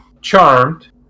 charmed